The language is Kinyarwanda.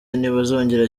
ntibazongera